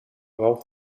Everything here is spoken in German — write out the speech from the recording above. rauch